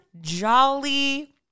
jolly